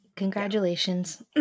Congratulations